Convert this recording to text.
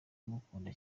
ngukunda